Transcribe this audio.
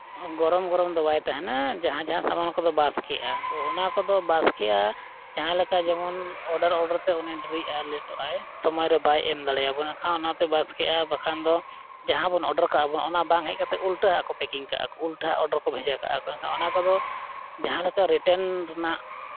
ᱜᱚᱨᱚᱢ ᱜᱚᱨᱚᱢ ᱫᱚ ᱵᱟᱭ ᱛᱟᱦᱮᱱᱟ ᱡᱟᱦᱟᱸ ᱡᱟᱦᱟᱸ ᱥᱟᱢᱟᱱ ᱠᱚᱫᱚ ᱵᱟᱥᱠᱮᱜᱼᱟ ᱛᱳ ᱚᱱᱟ ᱠᱚᱫᱚ ᱵᱟᱥᱠᱮᱜᱼᱟ ᱡᱟᱦᱟᱸ ᱞᱮᱠᱟ ᱡᱮᱢᱚᱱ ᱚᱰᱟᱨ ᱚᱰᱟᱨ ᱛᱮ ᱩᱱᱤ ᱰᱮᱨᱤᱜᱼᱟᱭ ᱞᱮᱴᱚᱜ ᱟᱭ ᱥᱚᱢᱚᱭ ᱨᱮ ᱵᱟᱭ ᱮᱢ ᱫᱟᱲᱮᱭᱟᱵᱚᱱ ᱠᱷᱟᱱ ᱚᱱᱟᱛᱮ ᱵᱟᱥᱠᱮᱜᱼᱟ ᱵᱟᱠᱷᱟᱱ ᱫᱚ ᱡᱟᱦᱟᱸ ᱵᱚᱱ ᱚᱰᱟᱨ ᱠᱟᱜᱼᱟ ᱵᱚᱱ ᱚᱱᱟ ᱵᱟᱝ ᱦᱮᱡ ᱠᱟᱛᱮᱫ ᱩᱞᱴᱟᱹ ᱟᱜ ᱠᱚ ᱯᱮᱠᱤᱝ ᱠᱟᱜᱼᱟ ᱠᱚ ᱩᱞᱴᱟᱹ ᱟᱜ ᱚᱰᱟᱨ ᱠᱚ ᱵᱷᱮᱡᱟ ᱠᱟᱜᱼᱟ ᱮᱱᱠᱷᱟᱱ ᱚᱱᱟ ᱠᱚᱫᱚ ᱡᱟᱦᱟᱸ ᱞᱮᱠᱟ ᱨᱤᱴᱟᱨᱱ ᱨᱮᱱᱟᱜ